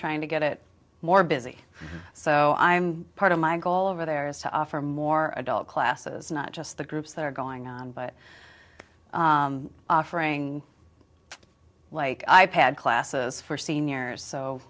trying to get it more busy so i'm part of my goal over there is to offer more adult classes not just the groups that are going on but offering like i pad classes for seniors so